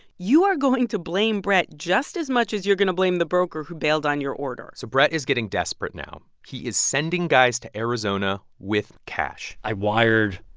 you are going to blame brett just as much as you're going to blame the broker who bailed on your order so brett is getting desperate now. he is sending guys to arizona with cash i wired,